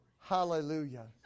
Hallelujah